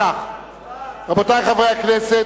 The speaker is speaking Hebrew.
רבותי חברי הכנסת,